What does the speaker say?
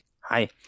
Hi